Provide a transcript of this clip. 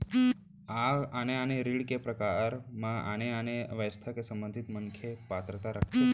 का आने आने ऋण के प्रकार म आने आने व्यवसाय से संबंधित मनखे पात्रता रखथे?